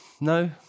no